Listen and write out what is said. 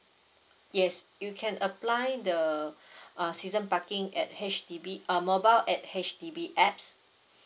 yes you can apply the uh season parking at H_D_B uh mobile at H_D_B apps